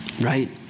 right